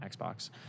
Xbox